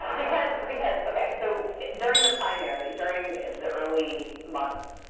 because because ok, so during the primary, during the early months,